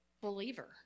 believer